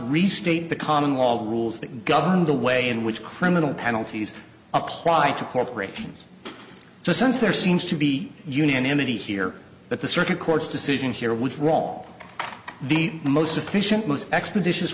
restate the common law rules that govern the way in which criminal penalties applied to corporations so since there seems to be unanimity here but the circuit court's decision here with wrong the most efficient most expeditious